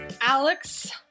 Alex